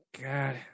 God